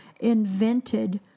Invented